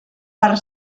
per